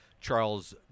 Charles